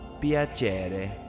Piacere